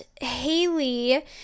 Haley